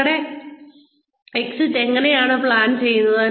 നിങ്ങളുടെ എക്സിറ്റ് എങ്ങനെയാണ് പ്ലാൻ ചെയ്യുന്നത്